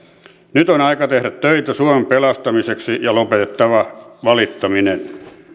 nyt on aika tehdä töitä suomen pelastamiseksi ja lopetettava valittaminen